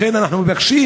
לכן, אנחנו מבקשים